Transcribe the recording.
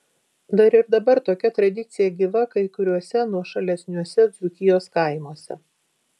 dar ir dabar tokia tradicija gyva kai kuriuose nuošalesniuose dzūkijos kaimuose